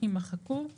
יימחקו;